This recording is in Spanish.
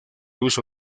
uso